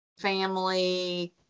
family